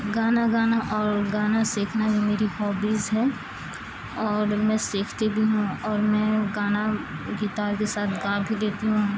گانا گانا اور گانا سیکھنا یہ میری ہابیز ہے اور میں سیکھتی بھی ہوں اور میں گانا گتار کے ساتھ گا بھی لیتی ہوں